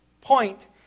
point